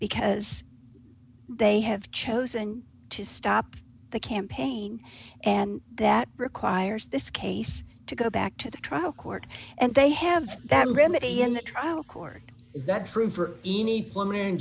because they have chosen to stop the campaign and that requires this case to go back to the trial court and they have that remedy in the trial court is that true for any woman